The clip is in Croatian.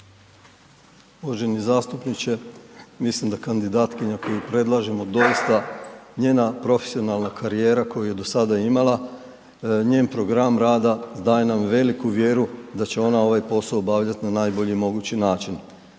Uvaženi zastupniče, mislim da kandidatkinja koju predlažemo doista, njena profesionalna karijera koju je do sada imala, njen program rada daje nam veliku vjeru da će ona ovaj posao obavljati na najbolji mogući način.